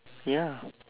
ya